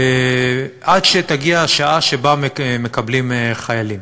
עד שתגיע השעה שבה מקבלים חיילים.